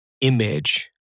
image